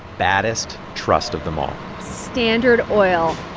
baddest trust of them all standard oil.